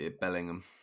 Bellingham